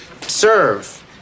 serve